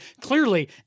clearly